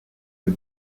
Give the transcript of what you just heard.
del